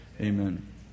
amen